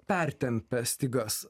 pertempė stygas